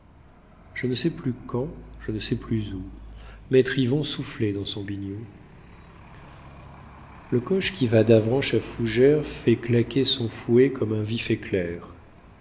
je ne sais plus quand je ne sais plus où maître yvon soufflait dans son biniou le coche qui va d'avranche à fougère fait claquer son fouet comme un vif éclair